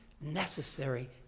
necessary